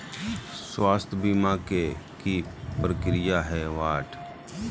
स्वास्थ बीमा के की प्रक्रिया है?